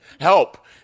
help